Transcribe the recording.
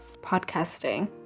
podcasting